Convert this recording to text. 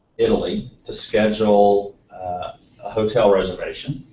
italy to schedule a hotel reservation,